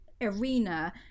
arena